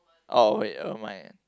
okay never mind